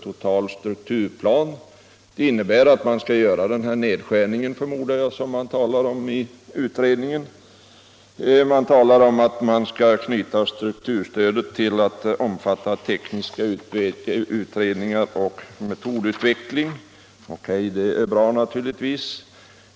Jag förmodar att det innebär att man skall göra en sådan nedskärning som utredningen talar om. Utredningen talar vidare om att knyta strukturstödet till tekniska utredningar och metodutveckling. Det är naturligtvis bra.